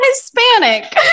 Hispanic